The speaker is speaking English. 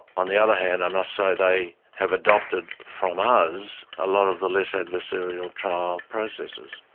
on the other hand i must say they have adopted from us a lot of the less adversarial trial processes.